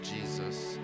Jesus